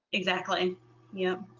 exactly yeah.